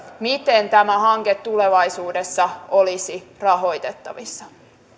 miten tämä hanke tulevaisuudessa olisi rahoitettavissa